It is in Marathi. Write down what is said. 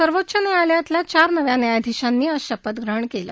सर्वोच्च न्यायालयातल्या चार नव्या न्यायाधीशांनी आज शपथग्रहण केलं